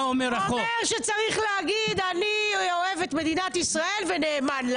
הוא אומר שצריך להגיד: "אני אוהב את מדינת ישראל ונאמן לה".